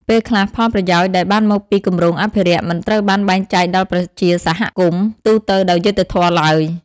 ពេលខ្លះផលប្រយោជន៍ដែលបានមកពីគម្រោងអភិរក្ស មិនត្រូវបានបែងចែកដល់ប្រជាសហគមន៍ទូទៅដោយយុត្តិធម៌ឡើយ។